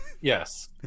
Yes